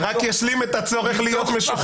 אני --- זה רק ישלים את הצורך להיות משוחרר